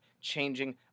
changing